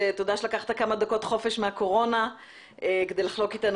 ותודה שלקחת כמה דקות חופש מהקורונה כדי לחלוק אתנו